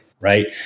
Right